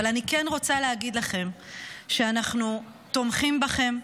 אבל אני כן רוצה להגיד לכם שאנחנו תומכים בכם,